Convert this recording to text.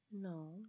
No